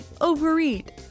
overeat